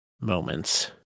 moments